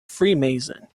freemason